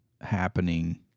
happening